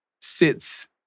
sits